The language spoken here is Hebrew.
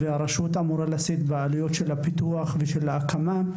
והרשות אמורה לשאת בעלויות הפיתוח וההקמה.